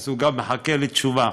הוא גם מחכה לתשובה.